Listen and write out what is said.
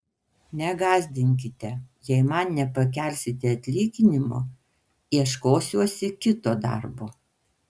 negąsdinkite jei man nepakelsite atlyginimo ieškosiuosi kito darbo